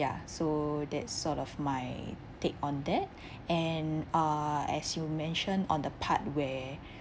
ya so that's sort of my take on that and uh as you mentioned on the part where